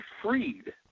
freed